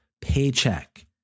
paycheck